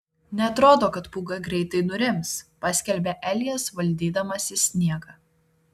neatrodo kad pūga greitai nurims paskelbia elijas valdydamasis sniegą